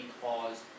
caused